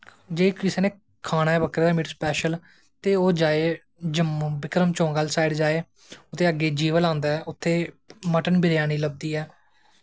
ते जे कुसे नै खाना ऐ बकरे दा मीट स्पैशल ते ओह् जाए जम्मू बिक्रम चौंक आह्ली साईड जाए ओह्दे अग्गै जीवल आंदा ऐ उत्थें मटन बिरयानी लब्भदी ऐ